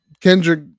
kendrick